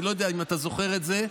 אני לא יודע אם אתה זוכר את זה.